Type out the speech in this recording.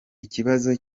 ikibazo